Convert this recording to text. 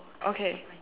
okay